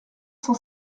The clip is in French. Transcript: cent